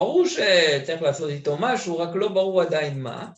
ברור שצריך לעשות איתו משהו, רק לא ברור עדיין מה.